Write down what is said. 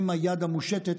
הם היד המושטת,